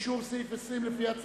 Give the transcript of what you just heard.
מי נגד?